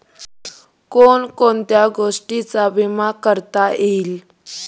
कोण कोणत्या गोष्टींचा विमा करता येईल?